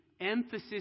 emphasis